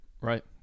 right